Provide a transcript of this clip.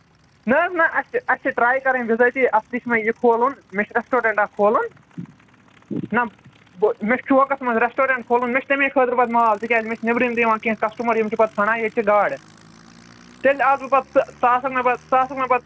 نہَ حظ نہَ اَسہِ اَسہِ چھِ ٹرٛے کٔرٕنۍ بِظٲتی اَصلی چھُ مےٚ یہِ کھولُن مےٚ چھُ ریسٹورنٛٹ اَکھ کھولُن نہَ بہٕ مےٚ چھُ چوکَس منٛز ریسٹورَنٹ کھولُن مےٚ چھُ تَمَے خٲطرٕ پَتہٕ مال تِکیٛازِ مےٚ چھِ نیبرِم تہِ یِوان کیٚنٛہہ کَسٹَٕمَر یِم چھِ پَتہٕ ژھانٛڈان ییٚتہِ چہِ گاڈٕ تیٚلہِ آسہٕ بہٕ پَتہٕ ژٕ آسَکھ نہَ پَتہٕ ژٕ آسَکھ نہَ پَتہٕ